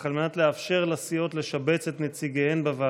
אך על מנת לאפשר לסיעות לשבץ את נציגיהן בוועדות,